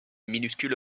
minuscule